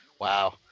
Wow